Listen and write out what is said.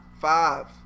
five